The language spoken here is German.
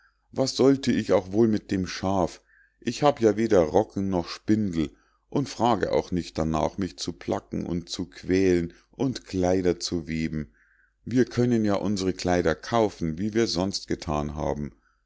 was sollte ich auch wohl mit dem schaf ich habe ja weder rocken noch spindel und frage auch nicht darnach mich zu placken und zu quälen und kleider zu weben wir können ja unsre kleider kaufen wie wir sonst gethan haben